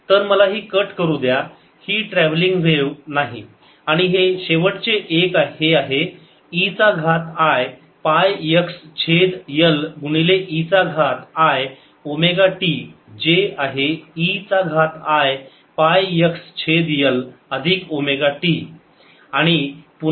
तर मला ही कट करू द्या ही ट्रॅव्हलिंग व्हेव नाही आणि हे शेवटचे एक हे आहे e चा घात i पाय x छेद L गुणिले e चा घात i ओमेगा t जे आहे e चा घात i पाय x छेद L अधिक ओमेगा t